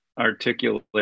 articulate